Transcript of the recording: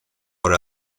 por